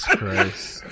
Christ